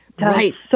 Right